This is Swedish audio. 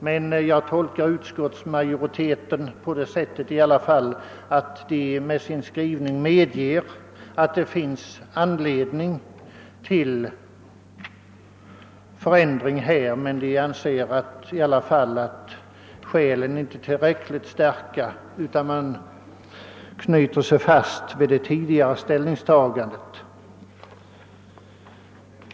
Jag tolkar emellertid utskottsmajoritetens skrivning så att man medger att det finns anledning till en ändring men att man inte anser skälen härför tillräckligt starka, varför man håller fast vid det tidigare gjorda ställningstagandet.